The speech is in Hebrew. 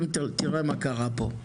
תראה מה קרה פה.